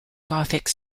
gothic